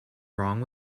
wrong